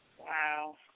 Wow